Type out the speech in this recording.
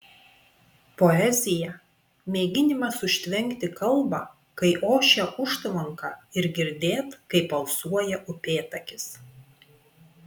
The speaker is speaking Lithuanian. poezija mėginimas užtvenkti kalbą kai ošia užtvanka ir girdėt kaip alsuoja upėtakis